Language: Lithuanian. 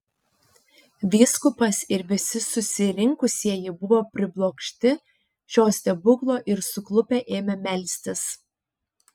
vyskupas ir visi susirinkusieji buvo priblokšti šio stebuklo ir suklupę ėmė melstis